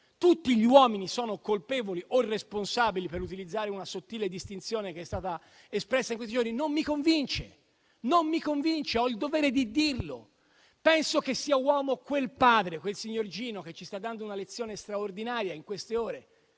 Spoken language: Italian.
tutti gli uomini sono colpevoli o responsabili - per utilizzare una sottile distinzione che è stata espressa in questi giorni - non mi convince e ho il dovere di dirlo. Penso che sia uomo quel padre, quel signor Gino che ci sta dando una lezione straordinaria in queste ore